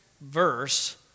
verse